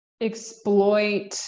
exploit